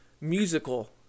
musical